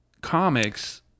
comics